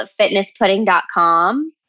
fitnesspudding.com